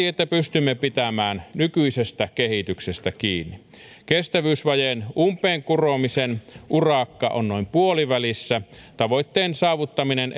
että pystymme pitämään nykyisestä kehityksestä kiinni kestävyysvajeen umpeen kuromisen urakka on noin puolivälissä tavoitteen saavuttaminen